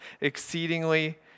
exceedingly